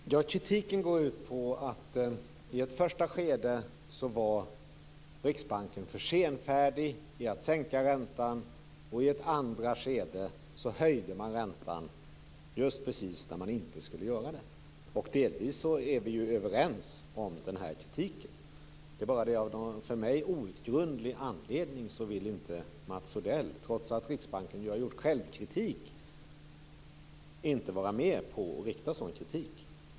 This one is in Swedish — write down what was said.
Fru talman! Kritiken går ut på att i ett första skede var Riksbanken för senfärdig i att sänka räntan. I ett andra skede höjde man räntan just precis när man inte skulle göra det. Delvis är vi ju överens om kritiken. Det är bara det att av en för mig outgrundlig anledning vill inte Mats Odell, trots att Riksbanken har varit självkritisk, inte vara med på att rikta en sådan kritik.